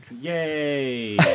Yay